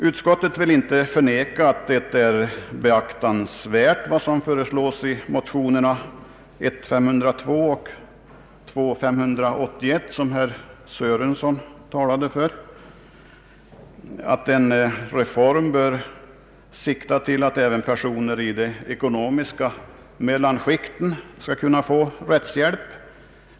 Utskottet vill inte förneka att vad som föreslås i motionerna I: 502 och II: 581 och som herr Sörenson här talade för är beaktansvärt, nämligen att en reform bör sikta till att även personer i de ekonomiska mellanskikten skall kunna få rättshjälp.